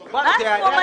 מספיק.